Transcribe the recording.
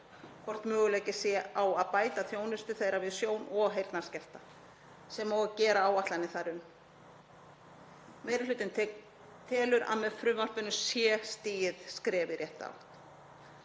hvort möguleiki sé á að bæta þjónustu þeirra við sjón- og heyrnarskerta, sem og að gera áætlanir þar um. Meiri hlutinn telur að með frumvarpinu sé stigið skref í rétta átt.